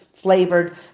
flavored